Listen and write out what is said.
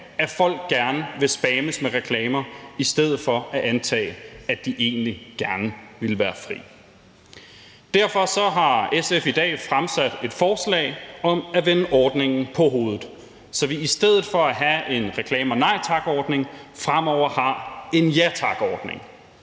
at folk gerne vil spammes med reklamer i stedet for at antage, at de egentlig gerne vil være fri. Derfor har SF i dag fremsat et forslag om at vende ordningen på hovedet, så vi i stedet for at have en Reklamer Nej Tak-ordning fremover har en Ja Tak-ordning